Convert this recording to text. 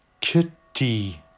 kitty